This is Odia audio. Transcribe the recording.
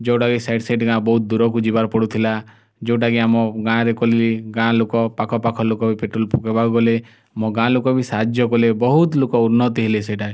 ଯେଉଁଟାକି ସେ ସେଇଠି କା ବହୁତ ଦୂରକୁ ଯିବାକୁ ପଡ଼ୁଥିଲା ଯେଉଁଟାକି ଆମ ଗାଁରେ ଖୋଲିଲି ଗାଁ ଲୋକ ପାଖ ପାଖ ଲୋକ ପେଟ୍ରୋଲ୍ ପକେଇବାକୁ ଗଲେ ମୋ ଗାଁଲୋକ ବି ସାହାଯ୍ୟ କଲେ ବହୁତ୍ ଲୋକ ଉନ୍ନତି ହେଲେ ସେଇଟା